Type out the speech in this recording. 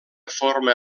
forma